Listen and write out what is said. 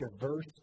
diverse